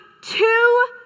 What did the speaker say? two